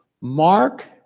Mark